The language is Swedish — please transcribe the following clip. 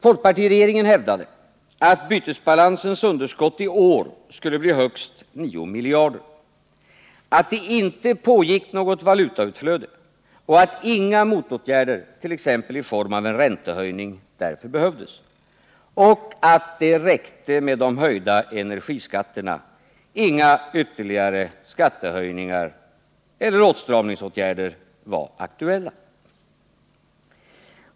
Folkpartiregeringen hävdade att bytesbalansens underskott i år skulle bli högst 9 miljarder, att det inte pågick något valutautflöde och att inga motåtgärder, t.ex. i form av en räntehöjning, därför behövdes samt att det räckte med de höjda energiskatterna. Inga ytterligare skattehöjningar eller åtstramningsåtgärder var aktuella.